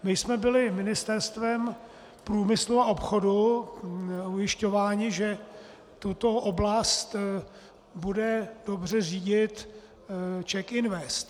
My jsme byli Ministerstvem průmyslu a obchodu ujišťováni, že tuto oblast bude dobře řídit CzechInvest.